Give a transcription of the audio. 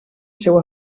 seu